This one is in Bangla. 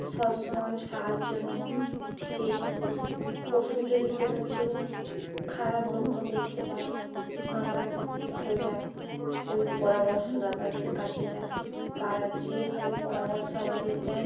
সব সময় সাহায্য নিই যে পশুর যদি কোনও কিছু খারাপ লক্ষণ দেখতে পাই আমরা সোজা ওই পরামর্শদাতাদের কাছে যাই তারা যেভাবে পরামর্শ আমাদের দেন